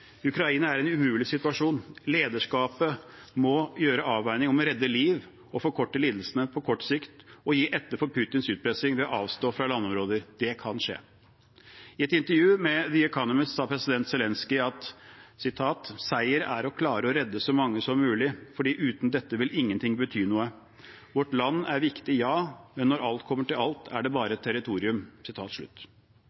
Ukraina er i en umulig situasjon. Lederskapet må gjøre avveininger om å redde liv og forkorte lidelsene på kort sikt og gi etter for Putins utpressing ved å avstå fra landområder. Det kan skje. I et intervju med The Economist sa president Zelenskyj: Seier er å klare å redde så mange som mulig fordi uten dette vil ingenting bety noe. Og videre: Vårt land er viktig, ja, men når alt kommer til alt er det bare